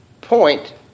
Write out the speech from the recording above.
point